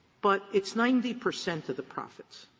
but it's ninety percent of the profits.